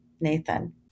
Nathan